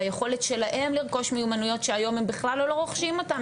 ביכולת שלהם לרכוש מיומנויות שהיום הם בכלל לא רוכשים אותם,